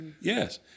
Yes